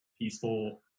peaceful